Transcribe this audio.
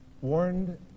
warned